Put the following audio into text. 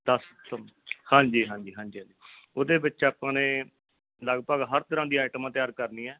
ਦਸ ਦਸੰਬਰ ਹਾਂਜੀ ਹਾਂਜੀ ਹਾਂਜੀ ਹਾਂਜੀ ਉਹਦੇ ਵਿੱਚ ਆਪਾਂ ਨੇ ਲਗਭਗ ਹਰ ਤਰ੍ਹਾਂ ਦੀਆਂ ਆਈਟਮਾਂ ਤਿਆਰ ਕਰਨੀਆਂ